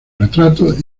retratos